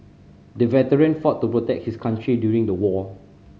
the veteran fought to protect his country during the war